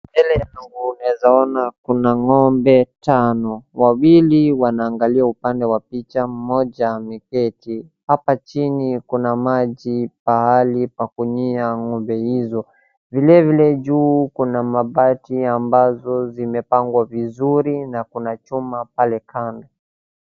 Mbele yangu unaeza ona kuna ng'ombe tano, wawili wanaangalia upande wa picha mmoja ameketi, apa chini kuna maji pahali pa kunywia ng'ombe hizo, vilevile juu kuna mabati ambazo zimepamgwa vizuri na kunachuma pale kando.